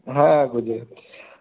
हा गुजरा